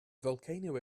volcano